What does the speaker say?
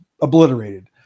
obliterated